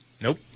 Nope